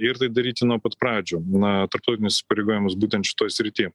ir taip daryti nuo pat pradžių na tarptautinius įsipareigojimus būtent šitoj srity